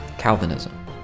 Calvinism